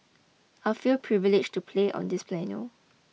I feel privileged to play on this piano